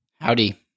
Howdy